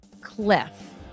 cliff